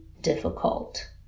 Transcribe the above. difficult